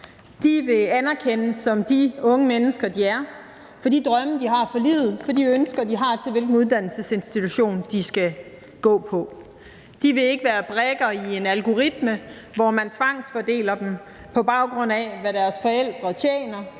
De vil anerkendes som de unge mennesker, de er, for de drømme, de har for livet, og for de ønsker, de har til, hvilken uddannelsesinstitution de skal gå på. De vil ikke være brikker i en algoritme, hvor man tvangsfordeler dem, på baggrund af hvad deres forældre tjener,